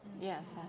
Yes